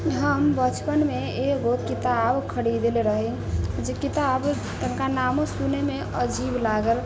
हम बचपनमे एगो किताब खरीदले रही जे किताब तनिका नामो सुनयमे अजीब लागल